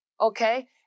okay